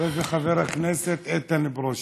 חבר הכנסת איתן ברושי.